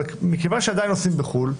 אבל מכיוון שעדיין עושים בחו"ל,